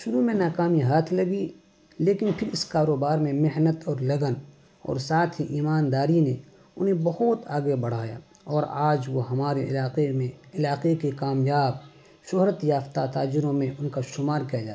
شروع میں ناکامیی ہاتھ لگی لیکن پھر اس کاروبار میں محنت اور لگن اور ساتھ ہی ایمانداری نے انہیں بہت آگے بڑھایا اور آج وہ ہمارے علاقے میں علاقے کے کامیاب شہرت یافتہ تاجروں میں ان کا شمار کیا جاتا